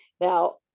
Now